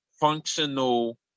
functional